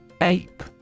Ape